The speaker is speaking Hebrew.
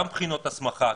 גם בחינות המסכה,